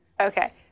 Okay